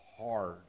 hard